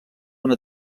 una